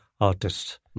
artist